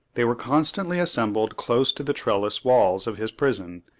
they were constantly assembled close to the trellice-walls of his prison,